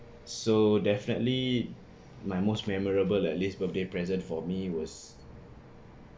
so definitely my most memorable at least birthday present for me was